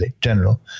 general